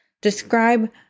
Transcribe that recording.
Describe